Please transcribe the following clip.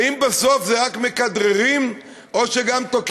האם בסוף רק מכדררים, או שגם תוקעים גולים?